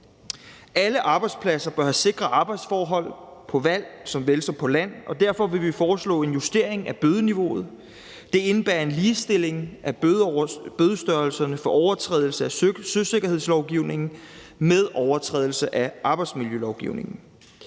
Alle arbejdspladser bør have sikre arbejdsforhold på vandet såvel som på land, og derfor vil vi foreslå en justering af bødeniveauet. Det indebærer en ligestilling af bødestørrelserne for overtrædelse af søsikkerhedslovgivningen med overtrædelse af arbejdsmiljølovgivningen.